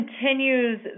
continues